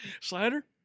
slider